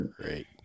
Great